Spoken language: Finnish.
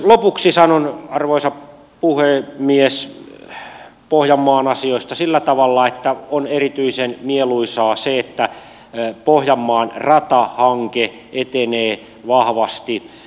lopuksi sanon arvoisa puhemies pohjanmaan asioista sillä tavalla että on erityisen mieluisaa se että pohjanmaan ratahanke etenee vahvasti